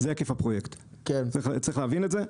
זה היקף הפרויקט וצריך להבין את זה.